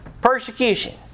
persecution